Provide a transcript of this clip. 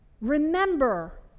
remember